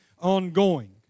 ongoing